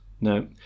no